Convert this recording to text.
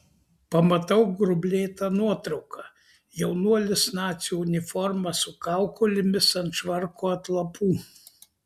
pamatau grublėtą nuotrauką jaunuolis nacių uniforma su kaukolėmis ant švarko atlapų